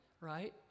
right